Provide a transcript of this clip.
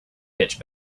pitch